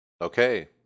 Okay